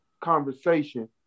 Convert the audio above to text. conversation